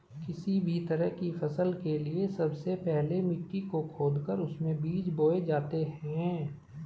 किसी भी तरह की फसल के लिए सबसे पहले मिट्टी को खोदकर उसमें बीज बोए जाते हैं